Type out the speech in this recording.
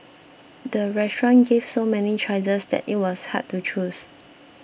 the restaurant gave so many choices that it was hard to choose